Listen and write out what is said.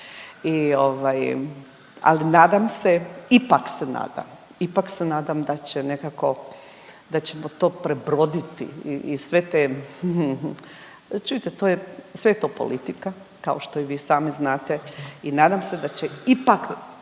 ali nadam se, ipak se nadam, ipak se nadam da će nekako da ćemo to prebroditi i sve te hmm, hmm, čujte to je, sve je to politika kao što i vi sami znate. I nadam se da će ipak